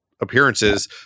appearances